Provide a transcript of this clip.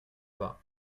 bas